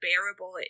bearable